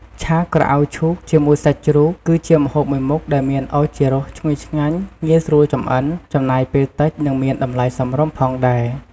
ឆាក្រអៅឈូកជាមួយសាច់ជ្រូក គឺជាម្ហូបមួយមុខដែលមានឱជារសឈ្ងុយឆ្ងាញ់ ងាយស្រួលចម្អិន ចំណាយពេលតិច និងមានតម្លៃសមរម្យផងដែរ។